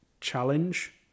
challenge